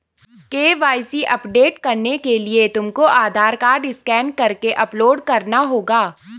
KYC update करने के लिए तुमको आधार कार्ड स्कैन करके अपलोड करना होगा